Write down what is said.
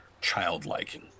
childlike